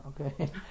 okay